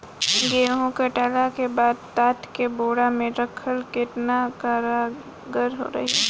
गेंहू कटला के बाद तात के बोरा मे राखल केतना कारगर रही?